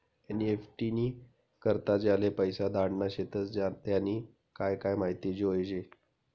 NEFT नी करता ज्याले पैसा धाडना शेतस त्यानी काय काय माहिती जोयजे